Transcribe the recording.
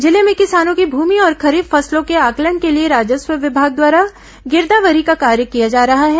जिले में किसानों की भूमि और खरीफ फसलों के आंकलन के लिए राजस्व विभाग द्वारा गिरदावरी का कार्य किया जा रहा है